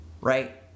right